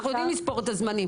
אנחנו יודעים לספור את הזמנים.